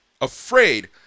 afraid